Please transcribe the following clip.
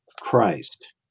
Christ